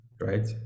Right